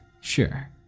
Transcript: sure